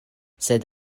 sed